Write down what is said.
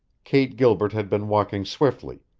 kate gilbert had been walking swiftly.